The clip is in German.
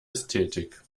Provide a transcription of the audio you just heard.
ästhetik